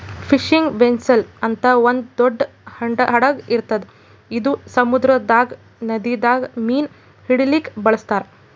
fishing vessel ಅಂತ್ ಒಂದ್ ದೊಡ್ಡ್ ಹಡಗ್ ಇರ್ತದ್ ಇದು ಸಮುದ್ರದಾಗ್ ನದಿದಾಗ್ ಮೀನ್ ಹಿಡಿಲಿಕ್ಕ್ ಬಳಸ್ತಾರ್